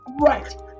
Right